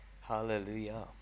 Hallelujah